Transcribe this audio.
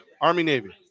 Army-Navy